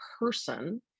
person